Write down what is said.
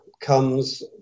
comes